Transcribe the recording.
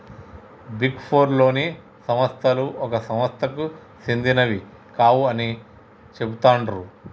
big four లోని సంస్థలు ఒక సంస్థకు సెందినవి కావు అని చెబుతాండ్రు